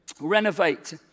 renovate